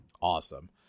Awesome